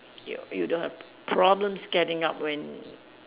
you you don't have problems getting up when